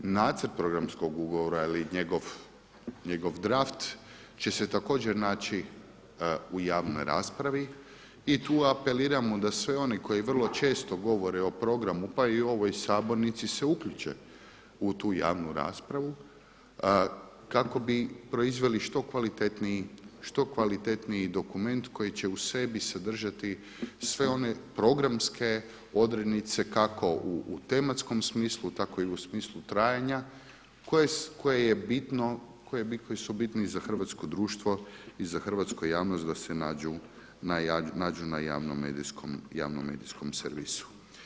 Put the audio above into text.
Nacrt Programskog ugovora ili njegov draft će se također naći u javnoj raspravi i tu apeliramo da sve one koji vrlo često govore o programu, pa i u ovoj sabornici se uključe u tu javnu raspravu kako bi proizveli što kvalitetniji dokument koji će u sebi sadržati sve one programske odrednice kako u tematskom smislu, tako i u smislu trajanja koje je bitno, koji su bitni za hrvatsko društvo i za hrvatsku javnost da se nađu na javnom medijskom servisu.